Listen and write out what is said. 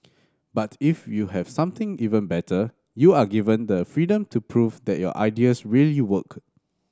but if you have something even better you are given the freedom to prove that your ideas really work